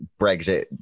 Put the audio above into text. Brexit